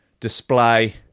display